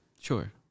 Sure